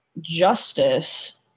justice